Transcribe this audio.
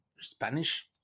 Spanish